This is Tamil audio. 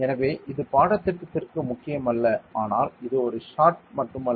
எனவே இது பாடத்திட்டத்திற்கு முக்கியமல்ல ஆனால் இது ஒரு ஷார்ட் மட்டுமல்ல